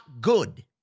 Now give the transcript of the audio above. good